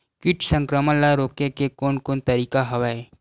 कीट संक्रमण ल रोके के कोन कोन तरीका हवय?